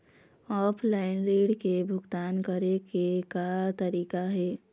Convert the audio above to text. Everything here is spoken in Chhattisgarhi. ऑफलाइन ऋण के भुगतान करे के का तरीका हे?